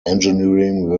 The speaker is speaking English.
engineering